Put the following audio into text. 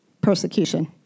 persecution